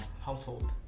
household